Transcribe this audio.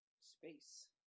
space